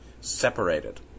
separated